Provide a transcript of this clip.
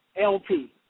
LP